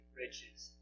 riches